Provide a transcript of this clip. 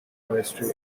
forestry